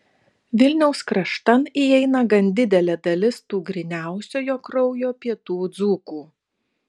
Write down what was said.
vilniaus kraštan įeina gan didelė dalis tų gryniausiojo kraujo pietų dzūkų